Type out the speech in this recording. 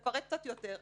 לפרט קצת יותר.